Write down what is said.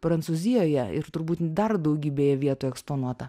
prancūzijoje ir turbūt dar daugybėje vietų eksponuota